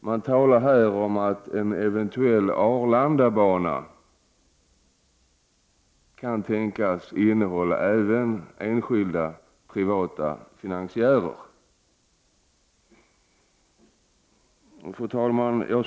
nämligen om en eventuell Arlandabana, där det är tänkbart även med enskilda, privata finansiärer. Fru talman!